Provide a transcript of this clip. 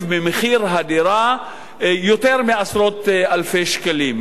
במחיר הדירה של יותר מעשרות אלפי שקלים.